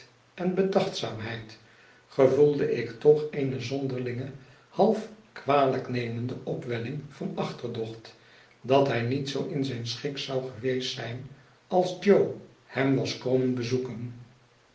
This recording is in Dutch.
en bedachtzaamheid gevoelde ik toch eene zonderlinge half kwalijknemende op welling van achterdocht dat hij niet zoo in zijn schik zou geweest zijn als jo hem was komen bezoeken